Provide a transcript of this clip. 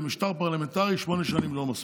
במשטר פרלמנטרי שמונה שנים זה לא מספיק.